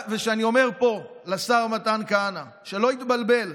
וכשאני אומר פה לשר מתן כהנא שלא יתבלבל,